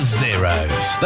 zeros